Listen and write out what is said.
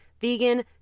vegan